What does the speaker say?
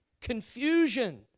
confusion